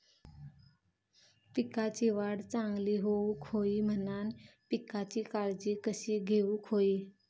पिकाची वाढ चांगली होऊक होई म्हणान पिकाची काळजी कशी घेऊक होई?